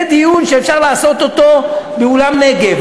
זה דיון שאפשר לעשות אותו באולם "נגב",